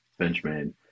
Benchmade